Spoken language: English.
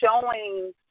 showing